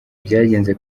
byagenze